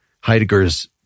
Heidegger's